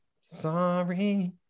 Sorry